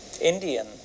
Indian